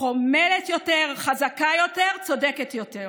חומלת יותר, חזקה יותר, צודקת יותר.